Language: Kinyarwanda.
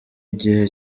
igihe